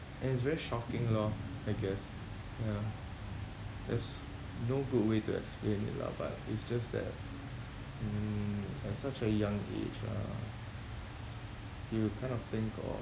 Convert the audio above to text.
and it's very shocking lor I guess ya there's no good way to explain it lah but it's just that mm at such a young age uh you would kind of think of